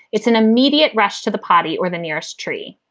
it's an immediate rush to the potty or the nearest tree.